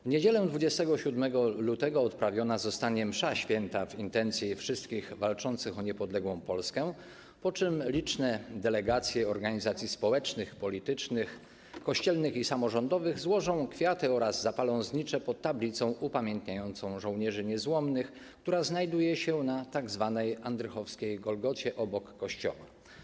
W niedzielę 27 lutego odprawiona zostanie msza św. w intencji wszystkich walczących o niepodległą Polskę, po czym liczne delegacje organizacji społecznych, politycznych, kościelnych i samorządowych złożą kwiaty oraz zapalą znicze pod tablicą upamiętniającą żołnierzy niezłomnych, która znajduje się na tzw. andrychowskiej golgocie obok kościoła.